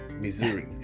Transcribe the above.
Missouri